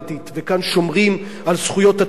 וכאן שומרים על זכויות עצורים,